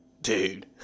dude